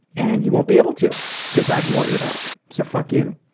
and you won't be able to cause i've lawyered up. so fuck you.